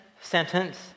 sentence